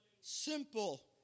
Simple